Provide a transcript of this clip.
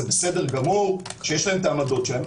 זה בסדר גמור שיש להם העמדות שלהם,